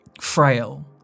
frail